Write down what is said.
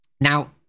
now